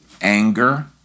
anger